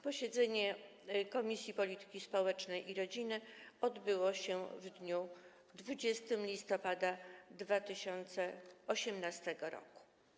Posiedzenie Komisji Polityki Społecznej i Rodziny odbyło się w dniu 20 listopada 2018 r.